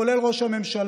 כולל ראש הממשלה,